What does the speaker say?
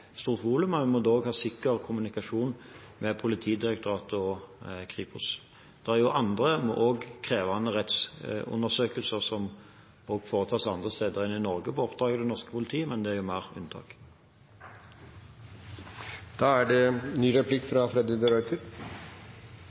stort volum, og en må da ha sikker kommunikasjon med Politidirektoratet og Kripos. Det er også andre krevende rettsundersøkelser som foretas andre steder enn i Norge på oppdrag av det norske politi, men det er mer unntaket. Det er investert betydelig i miljøet i Tromsø. Det